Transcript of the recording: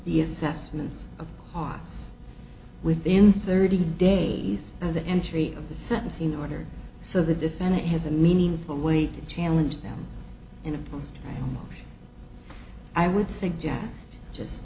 the assessments of haas within thirty days of the entry of the sentencing order so the defendant has a meaningful way to challenge them in a post i would suggest just